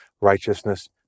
righteousness